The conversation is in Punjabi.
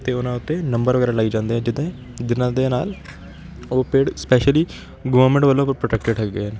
ਅਤੇ ਉਨ੍ਹਾਂ ਉੱਤੇ ਨੰਬਰ ਵਗੈਰਾ ਲਾਏ ਜਾਂਦੇ ਹੈ ਜਿੱਦਾਂ ਜਿਨ੍ਹਾਂ ਦੇ ਨਾਲ ਉਹ ਪੇੜ ਸਪੈਸ਼ਲੀ ਗੌਰਮੈਂਟ ਵੱਲੋਂ ਪ੍ਰੋਟੈਕਟਡ ਹੈਗੇ ਹੈ